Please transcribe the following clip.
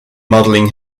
modeling